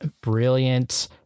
brilliant